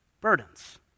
burdens